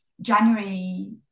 January